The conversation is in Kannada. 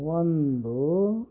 ಒಂದು